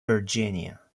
virginia